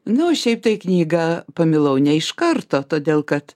nu šiaip tai knygą pamilau ne iš karto todėl kad